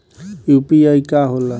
UPI का होला?